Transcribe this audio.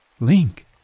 Link